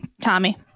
Tommy